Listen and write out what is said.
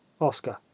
Oscar